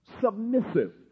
Submissive